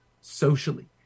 socially